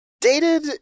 dated